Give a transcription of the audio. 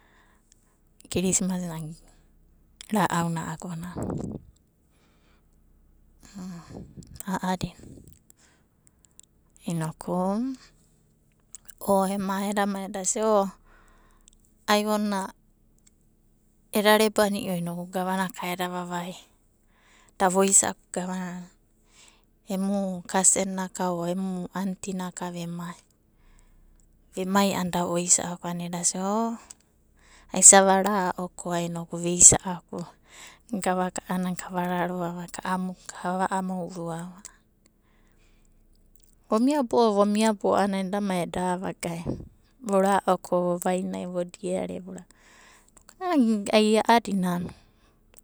Kirismasi na a'ana ra'auna agonana a'adina. Inoku o ema eda mai edasia ai ona eda rebani'o inoku gavana ka eda vavaia, da voisa'aku gavanana. Emu kasena ko o emu anti na ka vemai, vemai a'ana da oisa'aku eda sia o ai isa vaea'okoa inoku veisa'aku, gavaka a'ana kava raroava. Kava amouria va. Vomia bo'o mia bo'o ana ai edamai eda avagae, vora'oko vo vainai, vodiare vo ra'au, a'ana ai a'adina.